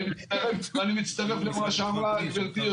אני מצטרף למה שאמרה גברתי,